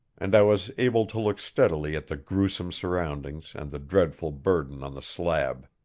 and i was able to look steadily at the gruesome surroundings and the dreadful burden on the slab.